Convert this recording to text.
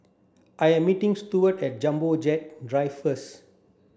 I am meeting Steward at Jumbo Jet Drive first